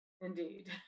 indeed